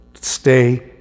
Stay